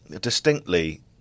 distinctly